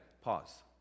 Pause